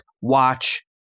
Watch